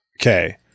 okay